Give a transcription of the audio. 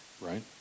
right